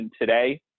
today